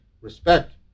respect